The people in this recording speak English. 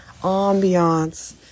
ambiance